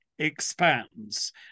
expands